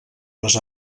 les